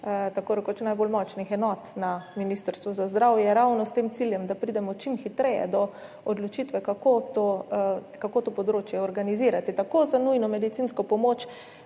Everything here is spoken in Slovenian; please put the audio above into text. tako rekoč najbolj močnih enot na Ministrstvu za zdravje, ravno s tem ciljem, da pridemo čim hitreje do odločitve, kako to področje organizirati tako za nujno medicinsko pomoč,